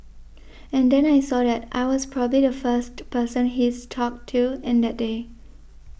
and then I saw that I was probably the first person he's talked to in that day